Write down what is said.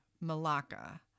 Malacca